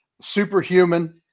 superhuman